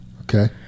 Okay